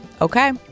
Okay